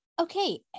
Okay